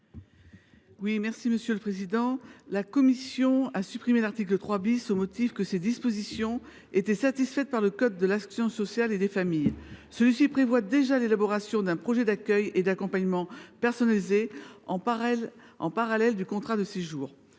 Quel est l’avis de la commission ? La commission a supprimé l’article 3 au motif que ses dispositions étaient satisfaites par le code de l’action sociale et des familles, qui prévoit déjà l’élaboration d’un projet d’accueil et d’accompagnement personnalisé en parallèle du contrat de séjour.